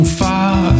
far